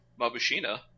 Mabushina